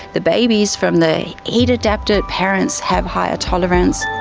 the babies from the heat adapted parents have higher tolerance.